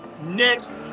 next